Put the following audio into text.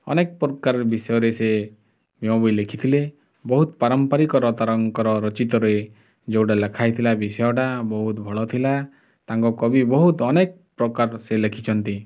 ଅନେକ ପ୍ରକାର ବିଷୟରେ ସେ ଭୀମ ଭୋଇ ଲେଖିଥିଲେ ବହୁତ ପାରମ୍ପାରିକର ତାଙ୍କର ରଚିତରେ ଯେଉଁଟା ଲେଖା ହେଇଥିଲା ବିଷୟଟା ବହୁତ ଭଲ ଥିଲା ତାଙ୍କ କବି ବହୁତ ଅନେକ ପ୍ରକାର ସେ ଲେଖିଛନ୍ତି